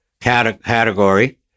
category